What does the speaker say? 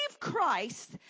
Christ